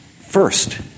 First